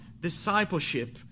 discipleship